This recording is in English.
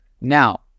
now